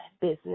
business